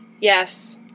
Yes